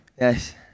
Yes